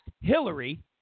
Hillary